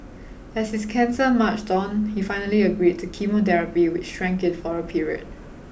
as his cancer marched on he finally agreed to chemotherapy which shrank it for a period